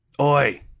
Oi